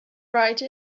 write